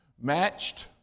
matched